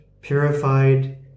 purified